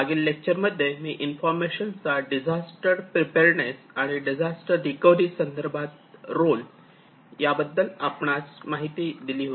मागील लेक्चर मध्ये मी इन्फॉर्मेशन चा डिझास्टर प्रीपेअर्डनेस आणि डिझास्टर रिकव्हरी संदर्भात रोल याबद्दल आपणास आपणास सांगितले आहे